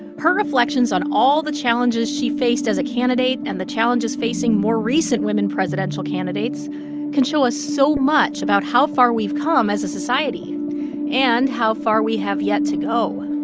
her reflections on all the challenges she faced as a candidate and the challenges facing more recent women presidential candidates can show us so much about how far we've come as a society and how far we have yet to go